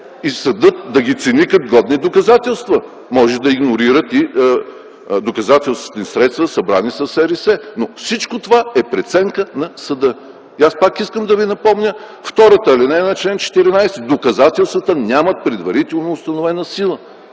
и съдът да ги цени като годни доказателства. Може да игнорират и доказателствени средства, събрани със СРС. Но всичко това е преценка на съда. И аз пак искам да Ви напомня втората алинея на чл. 14: доказателствата нямат предварително установена сила.